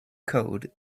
code